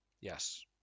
Yes